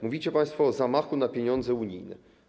Mówicie państwo o zamachu na pieniądze unijne.